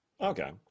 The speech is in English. Okay